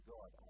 God